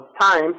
time